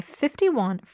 51